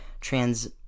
trans